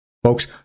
Folks